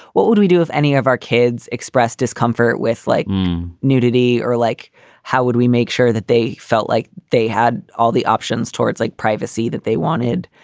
what would we do if any of our kids expressed discomfort with like nudity or like how would we make sure that they felt like they had all the options towards like privacy that they wanted?